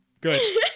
Good